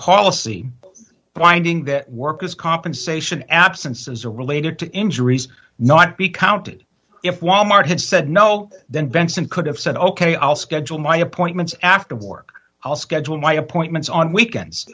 policy finding that workers compensation absences are related to injuries not be counted if wal mart had said no then benson could have said ok i'll schedule my appointments after work i'll schedule my appointments on weekends